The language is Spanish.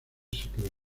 secreto